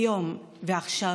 היום ועכשיו,